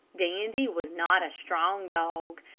dandy was not a strong dog,